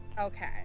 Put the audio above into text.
Okay